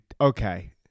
Okay